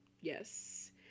Yes